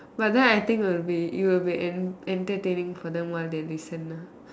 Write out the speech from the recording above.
but then I think will be it will be en~ entertaining for them while they listen ah